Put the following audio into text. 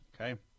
okay